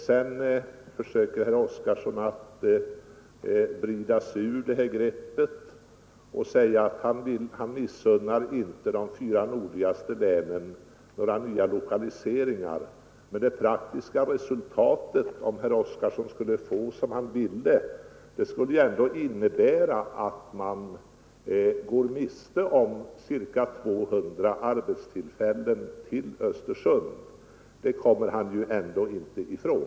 Sedan försöker herr Oskarson att vrida sig ur greppet genom att säga att han missunnar inte de fyra nordligaste länen några nya lokaliseringar. Det praktiska resultatet om herr Oskarson skulle få som han ville skulle bli att man går miste om ca 200 arbetstillfällen i Östersund. Det kommer han ju ändå inte ifrån.